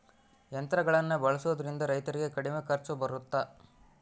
ಯಂತ್ರಗಳನ್ನ ಬಳಸೊದ್ರಿಂದ ರೈತರಿಗೆ ಕಡಿಮೆ ಖರ್ಚು ಬರುತ್ತಾ?